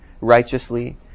righteously